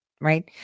right